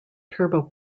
turbo